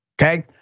Okay